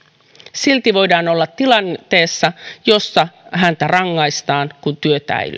silti voidaan olla tilanteessa jossa häntä rangaistaan kun työtä ei